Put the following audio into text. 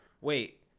Wait